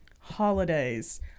Holidays